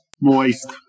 Moist